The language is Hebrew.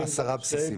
עשרה בסיסים.